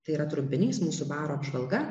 tai yra trumpinys mūsų baro apžvalga